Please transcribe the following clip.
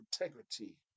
integrity